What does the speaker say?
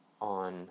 on